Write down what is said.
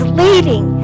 leading